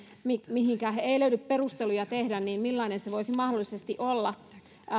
mihinkä ei löydy perusteluja tehtäväksi ja millainen se voisi mahdollisesti olla